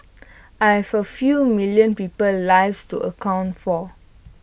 I have A few million people's lives to account for